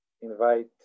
invite